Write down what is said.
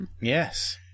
Yes